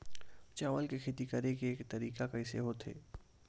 चावल के खेती करेके तरीका कइसे होथे?